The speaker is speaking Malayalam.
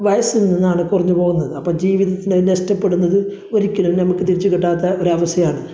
വയസ്സിൽ നിന്നാണ് കുറഞ്ഞ് പോകുന്നത് അപ്പോൾ ജീവിതത്തിലത് നഷ്ടപ്പെടുന്നത് ഒരിക്കലും നമുക്ക് തിരിച്ച് കിട്ടാത്ത ഒരാവശ്യമായാണ്